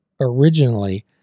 originally